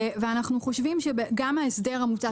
אנחנו חושבים שגם ההסדר המוצע,